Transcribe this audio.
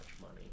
money